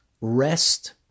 rest